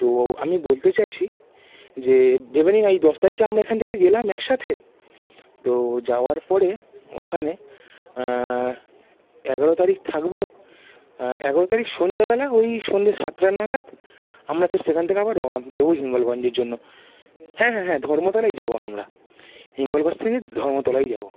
তো আমি বলতে চাইছি যে ভেবে নিন এই দশ তারিখে আমরা এখান থেকে গেলাম একসাথে তো যাওয়ার পরে ওখানে এগারো তারিখ থাকব এগারো তারিখ সন্ধেবেলা ওই সন্ধে সাতটা নাগাদ আমরা ফের সেখান থেকে আবার রওনা দেব হিঙ্গলগঞ্জের জন্য হ্যাঁ হ্যাঁ হ্যাঁ ধর্মতলাই যাব আমরা হিঙ্গলগঞ্জ থেকে ধর্মতলাই যাব